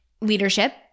leadership